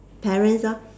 parents lor